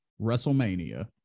WrestleMania